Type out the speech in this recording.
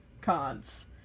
cons